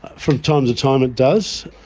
from time to time it does.